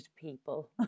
people